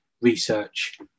research